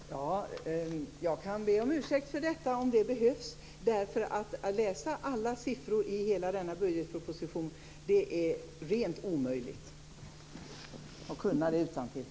Herr talman! Jag kan be om ursäkt för detta om det behövs. Att läsa alla siffror i hela denna budgetproposition och kunna dem utantill är rent omöjligt.